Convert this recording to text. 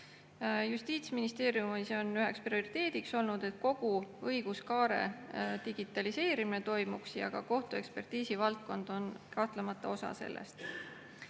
Justiitsministeeriumis on üheks prioriteediks olnud, et toimuks kogu õiguskaare digitaliseerimine ja ka kohtuekspertiisi valdkond on kahtlemata osa sellest.